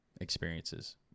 experiences